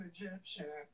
Egyptian